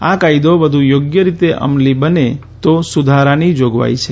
આ કાયદો વધુ યોગ્ય રીતે અમલી બને તો સુધારાની જોગવાઇ છે